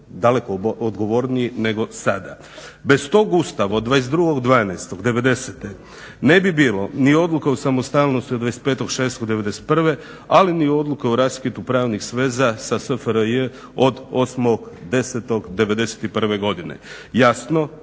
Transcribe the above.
daleko odgovorniji nego sada. bez tog Ustava od 22.12.1990.ne bi bilo ni odluke o samostalnosti od 25.6.1991.ali ni odluke o raskidu pravnih sveza sa SFRJ od 8.10.1991.godine.